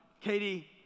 Katie